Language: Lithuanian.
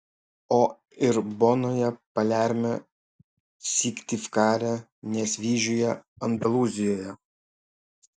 o ir bonoje palerme syktyvkare nesvyžiuje andalūzijoje